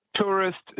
tourists